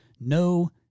no